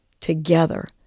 together